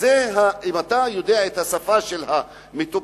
ואם אתה יודע את השפה של המטופל,